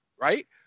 right